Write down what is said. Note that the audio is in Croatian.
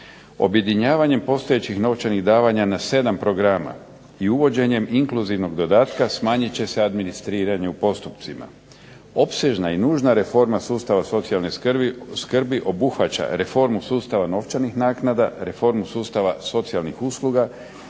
Objedinjavanjem postojećih novčanih davanja na sedam programa i uvođenjem inkluzivnog dodatka smanjit će se administriranje u postupcima. Opsežna i nužna reforma sustava socijalne skrbi obuhvaća reformu sustava novčanih naknada, reformu sustava socijalnih usluga i njihovog